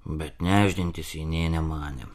bet nešdintis ji nė nemanė